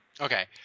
Okay